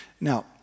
Now